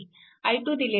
I2 दिलेला आहे